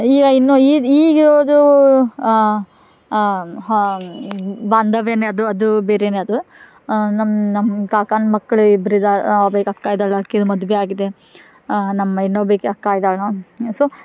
ಈಗ ಇನ್ನೂ ಇದು ಈಗ ಇರೋದು ಬಾಂಧವ್ಯವೇ ಅದು ಅದು ಬೇರೆನೆ ಅದು ನಮ್ಮ ನಮ್ಮ ಕಾಕನ ಮಕ್ಳು ಇಬ್ರು ಇದ್ದಾರೆ ಮೇಘಕ್ಕ ಇದಾಳೆ ಆಕಿದು ಮದುವೆ ಆಗಿದೆ ನಮ್ಮ ಇನ್ನೋಬ್ಬಾಕಿ ಅಕ್ಕ ಇದಾಳೋ ಸೊ